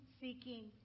seeking